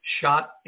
shot